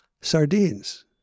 sardines